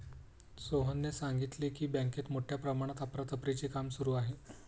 सोहनने सांगितले की, बँकेत मोठ्या प्रमाणात अफरातफरीचे काम सुरू आहे